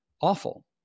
awful